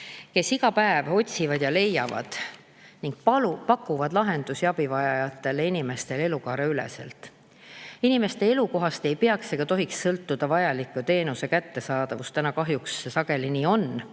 kes iga päev otsivad ja leiavad ning pakuvad lahendusi abivajavatele inimestele elukaareüleselt. Inimeste elukohast ei peaks ega tohiks sõltuda vajaliku teenuse kättesaadavus. Täna see kahjuks sageli nii on